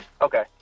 Okay